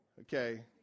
Okay